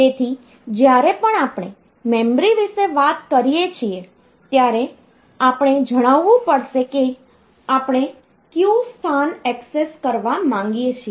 તેથી જ્યારે પણ આપણે મેમરી વિશે વાત કરીએ છીએ ત્યારે આપણે જણાવવું પડશે કે આપણે કયું સ્થાન એક્સેસ કરવા માંગીએ છીએ